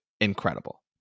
incredible